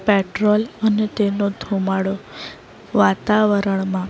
petrol અને તેનો ધુમાડો વાતાવરણમાં